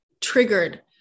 triggered